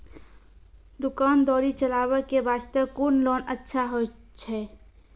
दुकान दौरी चलाबे के बास्ते कुन लोन अच्छा होय छै?